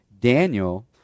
Daniel